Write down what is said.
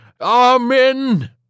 Amen